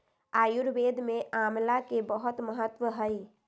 आयुर्वेद में आमला के बहुत महत्व हई